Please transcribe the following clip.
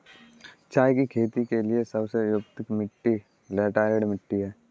चाय की खेती के लिए सबसे उपयुक्त मिट्टी लैटराइट मिट्टी है